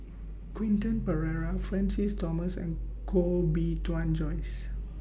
Quentin Pereira Francis Thomas and Koh Bee Tuan Joyce